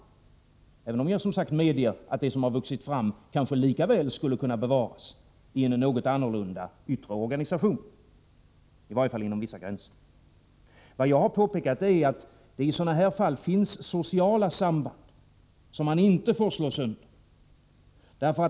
Jag kan dock medge att det som har vuxit fram kanske lika väl skulle kunna bevaras i en något annorlunda yttre organisation, i varje fall inom vissa gränser. Jag har påpekat att det i sådana här fall finns sociala samband som man inte får slå sönder.